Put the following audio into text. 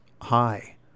High